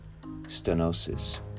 stenosis